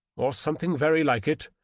or something very like it.